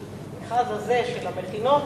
המכרז הזה של המכינות